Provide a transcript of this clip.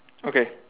okay